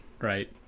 right